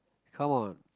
come on